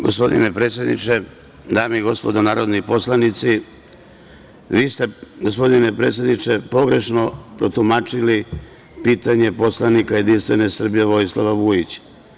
Gospodine predsedniče, dame i gospodo narodni poslanici, vi ste, gospodine predsedniče, pogrešno protumačili pitanje poslanika Jedinstvene Srbije Vojislava Vujića.